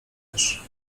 też